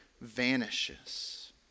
vanishes